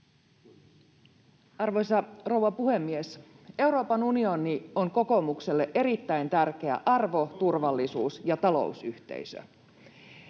Arvoisa rouva puhemies! Euroopan unioni on kokoomukselle erittäin tärkeä arvo-, turvallisuus- ja talousyhteisö.